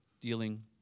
dealing